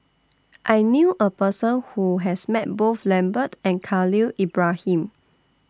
I knew A Person Who has Met Both Lambert and Khalil Ibrahim